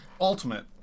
Ultimate